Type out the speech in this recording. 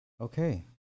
Okay